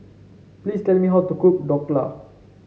please tell me how to cook Dhokla